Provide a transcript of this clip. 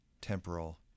temporal